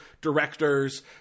directors